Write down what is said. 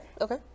okay